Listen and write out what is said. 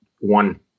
one